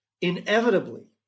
inevitably